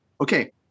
Okay